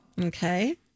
Okay